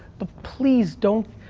but please don't,